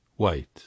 White